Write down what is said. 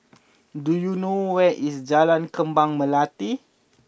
do you know where is Jalan Kembang Melati